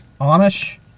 Amish